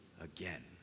again